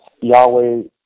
Yahweh